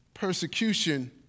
persecution